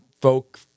folk